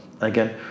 Again